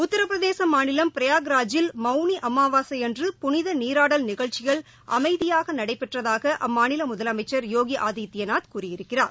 உத்திரபிரதேச மாநிலம் ப்ரயாக்ராஜில் மவுனி அமாவாசையன்று புனித நீராடல் நிகழ்ச்சிகள் அமைதியாக நடைபெற்றதாக அம்மாநில முதலமைச்சர் யோகி ஆதித்பநாத் கூறியிருக்கிறார்